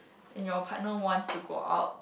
and your partner wants to go out